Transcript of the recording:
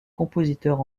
compositeurs